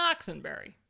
Oxenberry